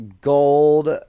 gold